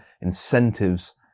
Incentives